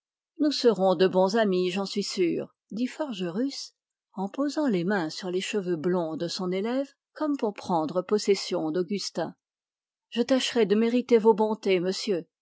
nous serons de bons amis j'en suis sûr dit forgerus en posant les mains sur les cheveux blonds de son élève comme pour prendre possession d'augustin je tâcherai de mériter vos bontés monsieur